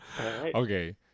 Okay